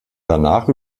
danach